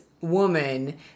woman